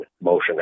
motion